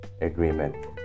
agreement